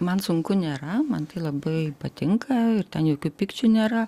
man sunku nėra man tai labai patinka ir ten jokių pykčių nėra